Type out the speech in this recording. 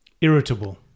Irritable